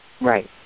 Right